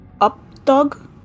Updog